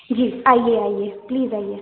जी आईये आईये प्लीज़ आईये